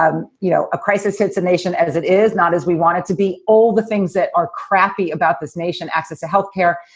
um you know a crisis since the nation as it is, not as we want it to be. all the things that are crappy about this nation, access to health care,